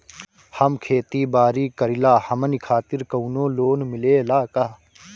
हम खेती बारी करिला हमनि खातिर कउनो लोन मिले ला का?